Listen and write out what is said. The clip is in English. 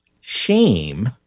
Shame